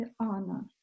Anna